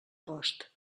cost